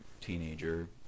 teenager